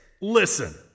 Listen